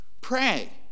Pray